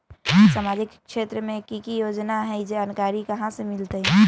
सामाजिक क्षेत्र मे कि की योजना है जानकारी कहाँ से मिलतै?